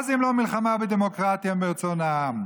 מה זה אם לא מלחמה בדמוקרטיה, ברצון העם?